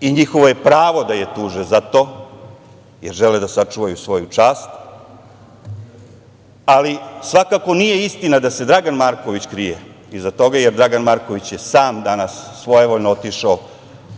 i njihovo je pravo da je tuže za to, jer žele da sačuvaju svoju čast. Ali, svakako, nije istina da se Dragan Marković krije iza toga, jer Dragan Marković je sam danas svojevoljno otišao